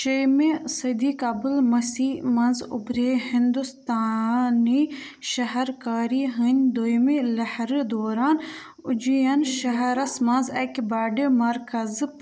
شیٚمہِ صٔدی قبٕل مٔسی منٛز اُبرَے ہندوستانی شَہر کاری ہٕنٛدۍ دۄیِمہِ لَہرٕ دوران، اُجین شہرَس منٛز اَکہِ بڑِ مرکَزُک